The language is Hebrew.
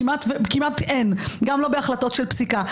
כמעט ואין, גם לא בהחלטות של פסיקה.